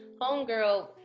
Homegirl